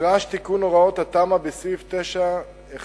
נדרש תיקון הוראות התמ"א בסעיף 9.1.3,